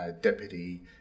deputy